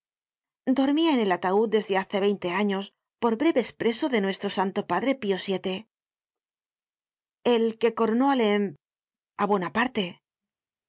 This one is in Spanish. dormía en el ataud desde hace veinte años por breve espreso de nuestro santo padre pio vil el que coronó al emp á buonaparte para